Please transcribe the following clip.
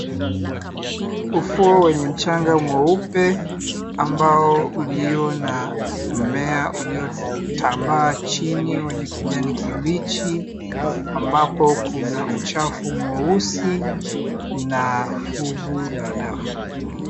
Ufuo wenye mchanga mweupe ambao ulio na mmea uliotambaa chini ya kijani kibichi ambapo kuna uchafu mweusi na gugu la dafu.